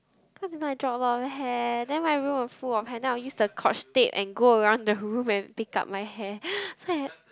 cause you know I drop a lot of hair then my room was full of hair then I'll use the scotch tape and go around the room and pick up my hair so I